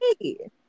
hey